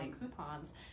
coupons